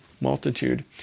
multitude